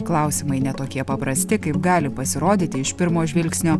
klausimai ne tokie paprasti kaip gali pasirodyti iš pirmo žvilgsnio